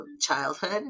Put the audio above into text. childhood